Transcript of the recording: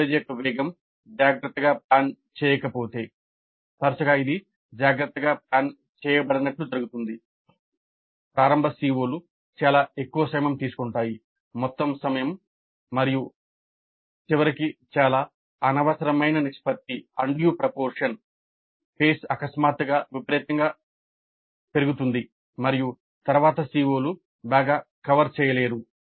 coverage యొక్క వేగం జాగ్రత్తగా ప్లాన్ చేయకపోతే పేస్ అకస్మాత్తుగా విపరీతంగా పెరుగుతుంది మరియు తరువాత CO లు బాగా కవర్ చేయలేరు